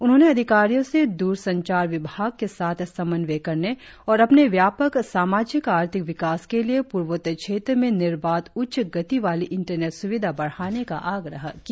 उन्होंने अधिकारियों से द्रसंचार विभाग के साथ समन्वय करने और अपने व्यापक सामाजिक आर्थिक विकास के लिए पूर्वोत्तर क्षेत्र में निर्बाध उच्च गति वाली इंटरनेट सुविधा बढ़ाने का आग्रह किया